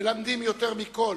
מלמדים יותר מכול